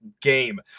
game